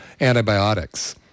antibiotics